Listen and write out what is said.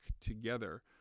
together